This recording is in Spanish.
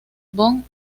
von